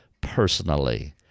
personally